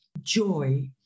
joy